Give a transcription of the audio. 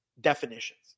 definitions